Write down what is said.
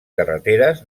carreteres